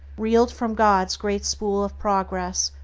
reeled from god's great spool of progress,